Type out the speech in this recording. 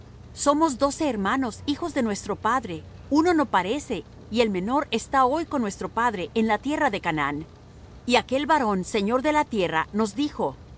somos doce hermanos hijos de nuestro padre uno no parece y el menor está hoy con nuestro padre en la tierra de canaán y aquel varón señor de la tierra nos dijo